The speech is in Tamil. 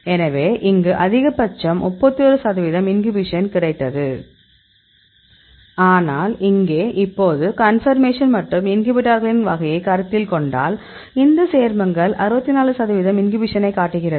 எனவே அங்கு அதிகபட்சமாக 31 சதவிகிதம் இன்ஹிபிஷன் கிடைத்தது ஆனால் இங்கே இப்போது கன்பர்மேஷன் மற்றும் இன்ஹிபிட்டார்களின் வகையை கருத்தில் கொண்டால் இந்த சேர்மங்கள் 64 சதவீத இன்ஹிபிஷன் ஐ காட்டுகிறது